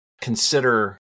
consider